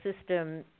system